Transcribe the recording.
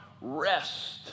rest